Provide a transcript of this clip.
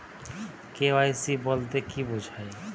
KYC বলতে কি বোঝায়?